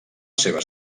seva